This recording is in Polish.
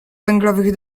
węglowych